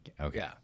Okay